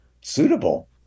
suitable